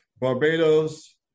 Barbados